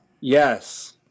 Yes